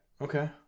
Okay